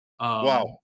Wow